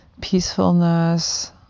peacefulness